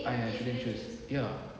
ah shouldn't choose ya